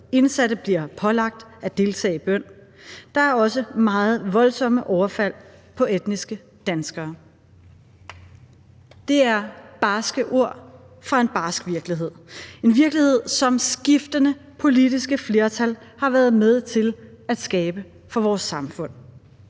indsatte bliver pålagt at deltage i bøn. Der er også meget voldsomme overfald på etniske danskere.« Det er barske ord fra en barsk virkelighed – en virkelighed, som skiftende politiske flertal har været med til at skabe for vores samfund.